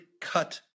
cut